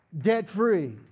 debt-free